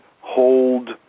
hold